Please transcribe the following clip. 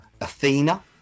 Athena